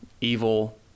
evil